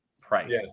price